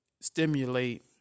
stimulate